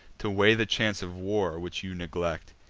to weigh the chance of war, which you neglect.